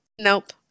Nope